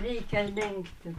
reikia lenkti